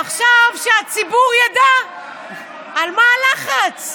עכשיו, שהציבור ידע על מה הלחץ: